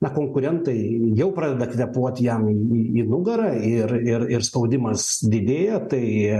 na konkurentai jau pradeda kvėpuoti jam į į nugarą ir ir ir spaudimas didėja tai